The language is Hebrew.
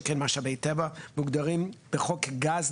שכן משאבי טבע מוגדרים בחוק גז,